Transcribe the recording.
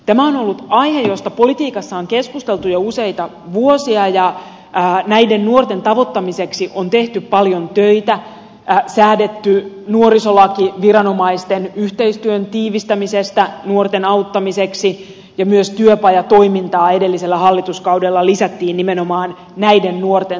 tämä on ollut aihe josta politiikassa on keskusteltu jo useita vuosia ja näiden nuorten tavoittamiseksi on tehty paljon töitä säädetty nuorisolaki viranomaisten yhteistyön tiivistämisestä nuorten auttamiseksi ja myös työpajatoimintaa edellisellä hallituskaudella lisättiin nimenomaan näiden nuorten takia